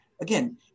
again